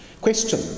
Question